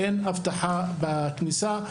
אין אבטחה בכניסה.